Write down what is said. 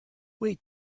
wait